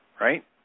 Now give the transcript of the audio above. right